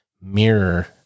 Mirror